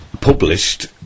published